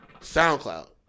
SoundCloud